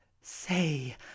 say